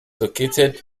located